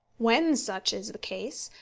when such is the case,